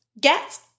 get